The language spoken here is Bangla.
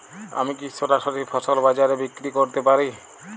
আমি কি সরাসরি ফসল বাজারে বিক্রি করতে পারি?